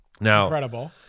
Now